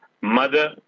mother